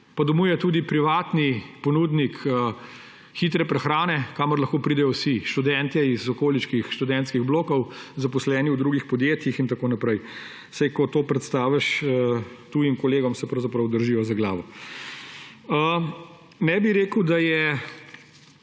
pa domuje tudi privatni ponudnik hitre prehrane, kamor lahko pridejo vsi, študentje iz okoliških študentskih blokov, zaposleni v drugih podjetjih in tako naprej. Saj ko to predstaviš tujim kolegom, se pravzaprav držijo za glavo. Ne bi rekel, kar je